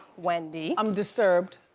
wendy. i'm disturbed,